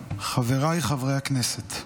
חבריי חברי הכנסת,